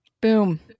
Boom